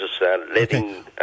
letting